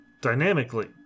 dynamically